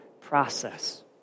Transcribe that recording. process